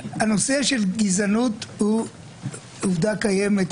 הנושא של גזענות הוא עובדה קיימת,